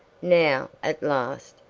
now, at last,